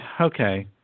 okay